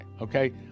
okay